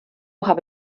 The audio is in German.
habe